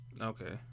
Okay